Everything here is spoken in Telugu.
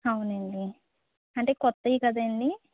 అవునండి అంటే కొత్తవి కదండీ